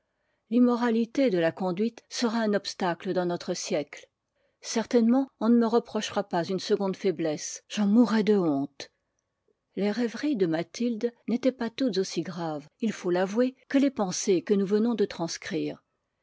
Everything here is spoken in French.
l'immoralité de la conduite sera un obstacle dans notre siècle certainement on ne me reprochera pas une seconde faiblesse j'en mourrais de honte les rêveries de mathilde n'étaient pas toutes aussi graves il faut l'avouer que les pensées que nous venons de transcrire